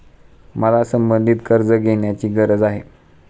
मला संबंधित कर्ज घेण्याची गरज आहे